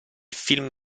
film